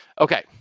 Okay